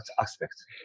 aspects